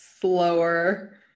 Slower